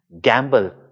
gamble